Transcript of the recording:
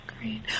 Great